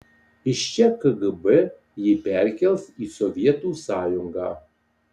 iš čia kgb jį perkels į sovietų sąjungą